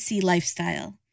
lifestyle